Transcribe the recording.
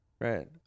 Right